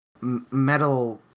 metal